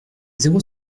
zéro